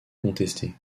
contesté